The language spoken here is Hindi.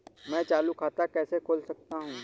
मैं चालू खाता कैसे खोल सकता हूँ?